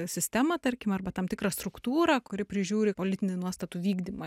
sistemą tarkim arba tam tikrą struktūrą kuri prižiūri politinį nuostatų vykdymą